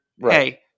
Hey